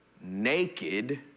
naked